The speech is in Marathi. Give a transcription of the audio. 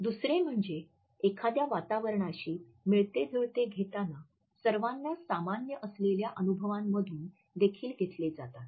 दुसरे म्हणजे एखाद्या वातावरणाशी मिळतेजुळते घेताना सर्वाना सामान्य असलेल्या अनुभवांमधून देखील घेतले जातात